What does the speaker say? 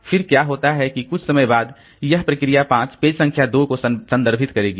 फिर क्या होता है कि कुछ समय बाद यह प्रोसेस 5 पेज संख्या 2 को संदर्भित करेगी